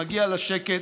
מגיע לה שקט,